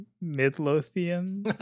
mid-Lothian